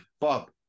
Bob